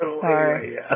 Sorry